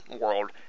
world